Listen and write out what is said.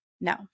No